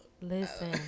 Listen